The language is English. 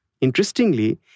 Interestingly